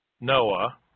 Noah